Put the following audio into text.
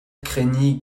craignit